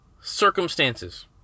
circumstances